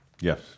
Yes